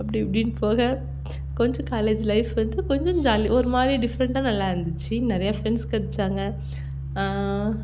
அப்படி இப்படின்னு போக கொஞ்சம் காலேஜ் லைஃப் வந்து கொஞ்சம் ஜாலியாக ஒரு மாதிரி டிஃப்ரெண்ட்டாக நல்லா இருந்துச்சு நிறையா ஃப்ரெண்ட்ஸ் கிடைச்சாங்க